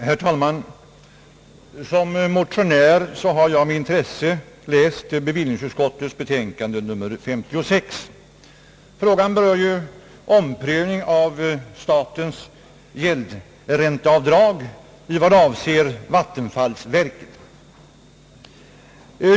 Herr talman! Som motionär har jag med intresse läst bevillningsutskottets betänkande nr 56. Frågan berör ju en omprövning av statens gäldränteavdrag i vad avser vattenfallsverket.